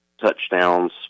touchdowns